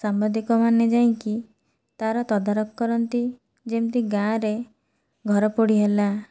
ସାମ୍ବାଦିକମାନେ ଯାଇକି ତାର ତଦାରଖ କରନ୍ତି ଯେମିତି ଗାଁ'ରେ ଘରପୋଡ଼ି ହେଲା